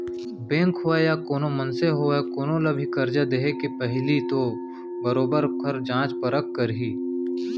bank होवय या कोनो मनसे होवय कोनो ल भी करजा देके पहिली तो बरोबर ओखर जाँच परख करही